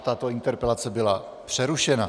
Tato interpelace byla přerušena.